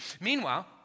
Meanwhile